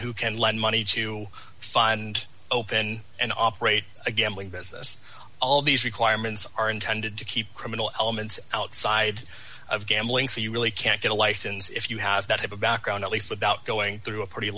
who can lend money to find open and operate a gambling business all these requirements are intended to keep criminal elements outside of gambling so you really can't get a license if you have not have a background at least without going through a pretty